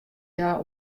hja